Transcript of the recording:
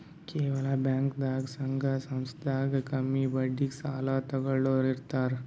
ಕೆಲವ್ ಬ್ಯಾಂಕ್ದಾಗ್ ಸಂಘ ಸಂಸ್ಥಾದಾಗ್ ಕಮ್ಮಿ ಬಡ್ಡಿಗ್ ಸಾಲ ತಗೋಳೋರ್ ಇರ್ತಾರ